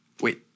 wait